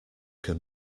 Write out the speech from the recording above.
can